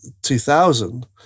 2000